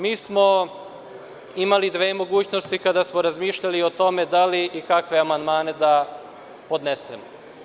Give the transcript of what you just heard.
Mi smo imali dve mogućnosti kada smo razmišljali o tome da li i kakve amandmane da podnesemo.